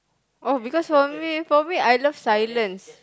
oh because for me for me I love silence